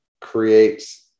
create